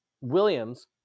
williams